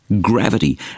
gravity